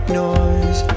noise